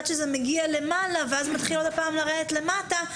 עד שזה מגיע למעלה ומתחיל שוב לרדת למטה,